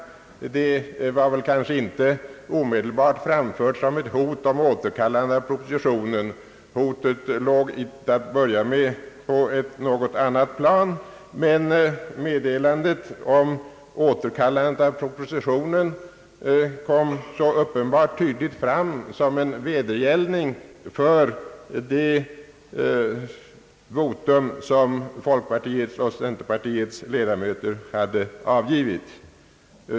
Man har i detta fall i utskottet måhända inte uttryckligen framfört ett hot om återkallande av propositionen. Hotet låg till en början på ett något annat plan. Men meddelandet om återkallandet av propositionen kom så uppenbart tydligt fram som en vedergällning för det votum, som folkpartiets och centerpartiets ledamöter hade avgivit.